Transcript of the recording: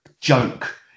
joke